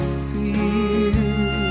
fear